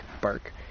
bark